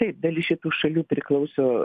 taip dalis šitų šalių priklauso